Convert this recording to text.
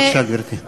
בבקשה, גברתי.